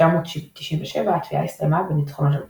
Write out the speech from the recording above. ב־1997 התביעה הסתיימה בניצחונו של טורבאלדס.